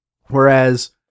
Whereas